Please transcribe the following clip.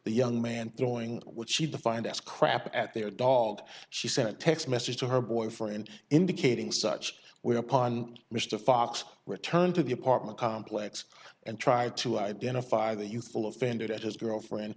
the young man throwing what she defined as crap at their dog she sent text message to her boyfriend indicating such whereupon mr fox returned to the apartment complex and tried to identify the youthful offended at his girlfriend